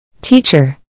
Teacher